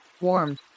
warm